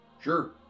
Sure